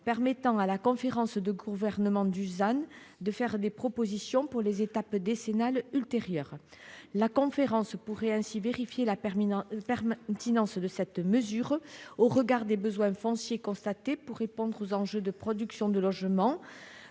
permettrait à la conférence régionale de gouvernance du ZAN de faire des propositions pour les étapes décennales ultérieures. La conférence pourrait ainsi vérifier la pertinence de cette mesure au regard des besoins fonciers constatés pour répondre aux enjeux de production de logement,